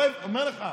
אומר לך,